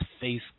face